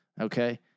Okay